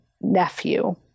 nephew